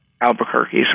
Albuquerque